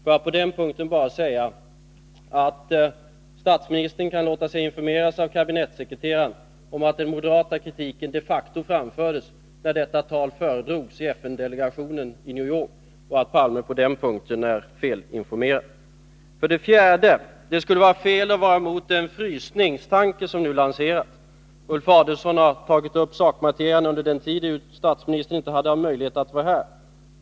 Får jag på den punkten bara säga att statsministern kan låta sig informeras av kabinettsekreteraren om att den moderata kritiken de facto framfördes när detta tal föredrogs i FN delegationen i New York. Herr Palme är på den punkten felinformerad. 4, Det skulle vara fel att vara emot den frysningstanke som nu lanserats. Ulf Adelsohn har tagit upp sakmaterien under den tid då statsministern inte hade möjlighet att vara här.